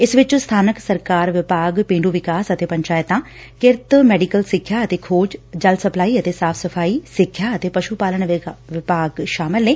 ਇਸ ਚ ਸਬਾਨਕ ਸਰਕਾਰਾਂ ਵਿਭਾਗ ਪੇਂਡੁ ਵਿਕਾਸ ਅਤੇ ਪੰਚਾਇਤਾਂ ਕਿਰਤ ਮੈਡੀਕਲ ਸਿੱਖਿਆ ਅਤੇ ਖੋਜ ਜਲ ਸਪਲਾਈ ਅਤੇ ਸਾਫ਼ ਸਫ਼ਾਈ ਸਿੱਖਿਆ ਅਤੇ ਪਸੁ ਪਾਲਣ ਵਿਭਾਗ ਸ਼ਾਮਲ ਨੇ